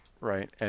Right